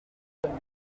gusoma